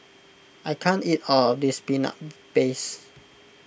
I can't eat all of this Peanut Paste